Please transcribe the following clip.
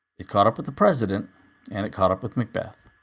it caught up with the president and it caught up with macbeth.